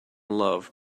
love